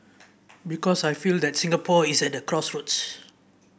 because I feel that Singapore is at the crossroads